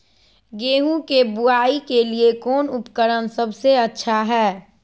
गेहूं के बुआई के लिए कौन उपकरण सबसे अच्छा है?